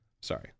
Sorry